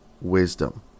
wisdom